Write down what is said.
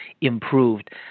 improved